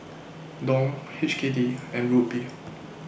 Dong H K D and Rupee